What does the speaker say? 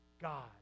God